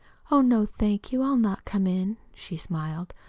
oh, no, thank you, i'll not come in, she smiled.